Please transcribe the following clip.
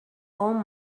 own